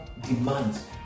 demands